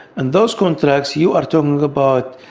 and those contracts, you are talking about